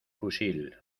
fusil